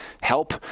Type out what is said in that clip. help